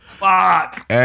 fuck